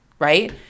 right